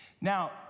Now